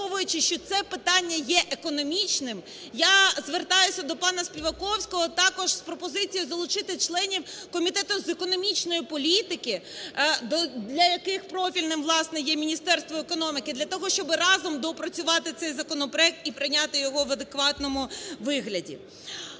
враховуючи, що це питання є економічним, я звертаюся до пана Співаковського також з пропозицією залучити членів Комітету з економічної політики, для яких профільним, власне, є Міністерство економіки, для того щоб разом доопрацювати цей законопроект і прийняти його в адекватному вигляді.